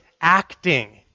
acting